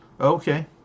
Okay